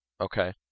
okay